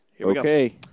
Okay